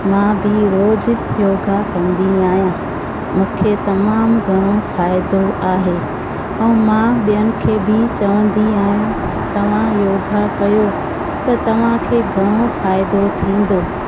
मां बि रोज़ु योगा कंदी आहियां मूंखे तमामु घणो फ़ाइदो आहे ऐं मां ॿियनि खे बि चवंदी आहियां तव्हां योगा कयो त तव्हांखे घणो फ़ाइदो थींदो